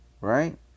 Right